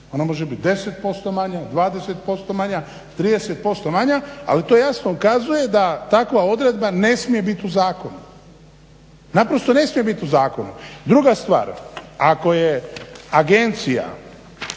Ona može biti 10% manja, 20% manja, 30% manja ali to jasno ukazuje da takva odredba ne smije biti u zakonu. Druga stvar, ako je agencija